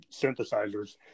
synthesizers